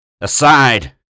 Aside